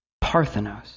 Parthenos